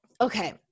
okay